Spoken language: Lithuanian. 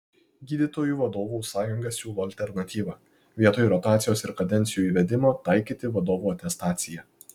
gydytojų vadovų sąjunga siūlo alternatyvą vietoj rotacijos ir kadencijų įvedimo taikyti vadovų atestaciją